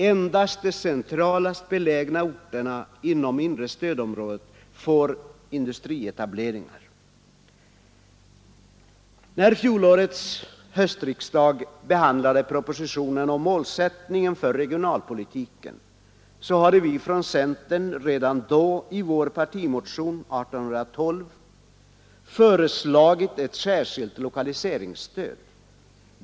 Endast de centralast belägna orterna inom inre stödområdet får industrietableringar. När fjolårets höstriksdag behandlade propositionen om målsättningen för regionalpolitiken, hade vi från centern redan i vår partimotion 1972:1812 föreslagit ett särskilt lokaliseringsstöd.